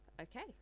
Okay